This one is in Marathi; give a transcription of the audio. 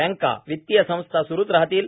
बँका वित्तीय संस्था सुरूच राहतील